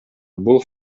бул